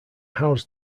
housed